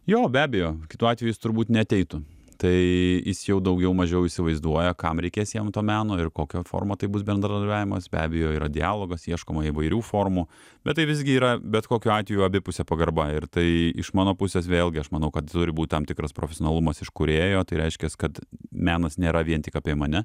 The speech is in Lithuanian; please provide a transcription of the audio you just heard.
jo be abejo kitu atveju jis turbūt neateitų tai jis jau daugiau mažiau įsivaizduoja kam reikės jam to meno ir kokia forma tai bus bendradarbiavimas be abejo yra dialogas ieškoma įvairių formų bet tai visgi yra bet kokiu atveju abipusė pagarba ir tai iš mano pusės vėlgi aš manau kad turi būt tam tikras profesionalumas iš kūrėjo tai reiškias kad menas nėra vien tik apie mane